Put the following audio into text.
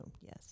yes